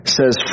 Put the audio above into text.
says